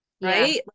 Right